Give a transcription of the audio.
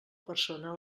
persona